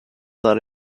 that